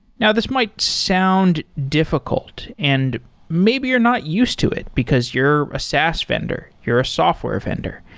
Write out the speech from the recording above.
now, this might sound difficult and maybe you're not used to it because you're a saas vendor. you're a software vendor,